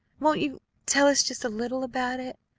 won't you tell us just a little about it?